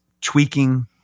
tweaking